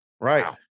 Right